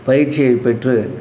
பயிற்சியைப் பெற்று